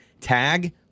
Tag